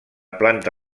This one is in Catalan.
planta